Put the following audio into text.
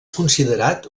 considerat